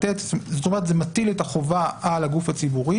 זה מטיל את החובה על הגוף הציבורי